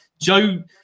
Joe